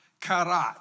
karat